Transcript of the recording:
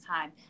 time